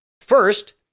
First